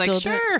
sure